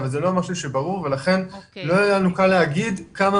בכל המדינות הסקנדינביות וכן בהולנד חזרו כבר